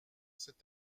cet